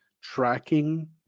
tracking